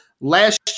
Last